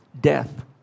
death